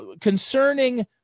concerning